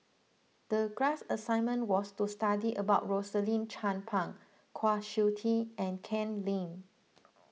the class assignment was to study about Rosaline Chan Pang Kwa Siew Tee and Ken Lim